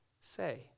say